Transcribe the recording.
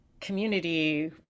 community